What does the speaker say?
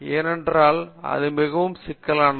ஏனென்றால் அது மிக சிக்கலானது